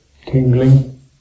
tingling